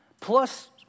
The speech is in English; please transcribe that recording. plus